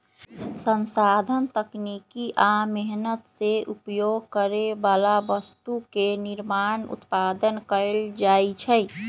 संसाधन तकनीकी आ मेहनत से उपभोग करे बला वस्तु के निर्माण उत्पादन कएल जाइ छइ